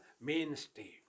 mainstay